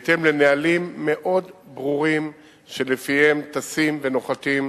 בהתאם לנהלים מאוד ברורים שלפיהם טסים ונוחתים